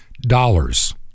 dollars